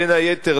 בין היתר,